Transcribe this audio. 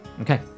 Okay